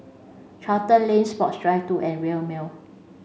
Charlton Lane Sports Drive two and Rail Mall